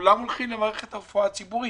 כולם הולכים למערכת הרפואה הציבורית.